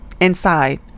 inside